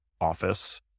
office